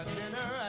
dinner